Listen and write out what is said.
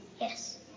Yes